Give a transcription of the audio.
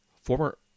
Former